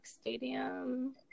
stadium